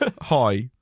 Hi